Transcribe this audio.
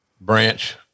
branch